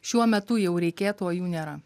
šiuo metu jau reikėtų o jų nėra